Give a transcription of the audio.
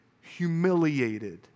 humiliated